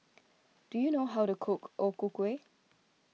do you know how to cook O Ku Kueh